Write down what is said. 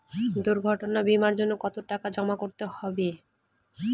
দুর্ঘটনা বিমার জন্য কত টাকা জমা করতে হবে?